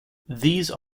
these